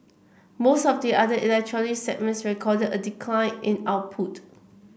most of the other electronic segments recorded a decline in output